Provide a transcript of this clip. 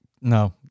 No